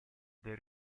del